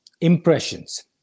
impressions